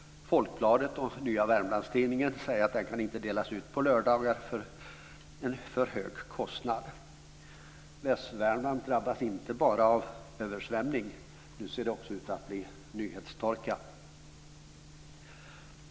Folkbladet och Nya Wermlandstidningen kan inte delas ut på lördagar eftersom kostnaden är för hög. Västvärmland drabbas inte bara av översvämning, nu ser det också ut att bli nyhetstorka.